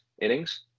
innings